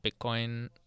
bitcoin